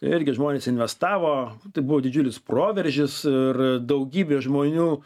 irgi žmonės investavo tai buvo didžiulis proveržis ir daugybė žmonių